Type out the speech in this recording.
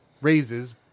raises